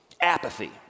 apathy